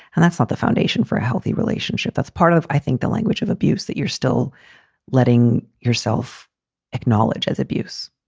and that's what the foundation for a healthy relationship. that's part of, i think, the language of abuse that you're still letting yourself acknowledge as abuse